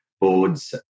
boards